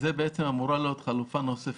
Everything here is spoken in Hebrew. זו אמורה להיות חלופה נוספת.